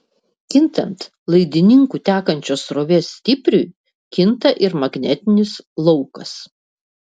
kintant laidininku tekančios srovės stipriui kinta ir magnetinis laukas